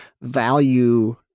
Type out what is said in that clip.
value